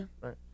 Right